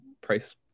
price